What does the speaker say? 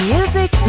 Music